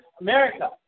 America